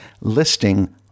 listing